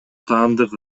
таандык